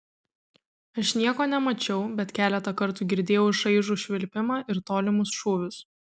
aš nieko nemačiau bet keletą kartų girdėjau šaižų švilpimą ir tolimus šūvius